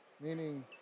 meaning